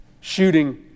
Shooting